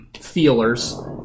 feelers